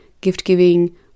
gift-giving